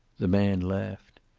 the man laughed.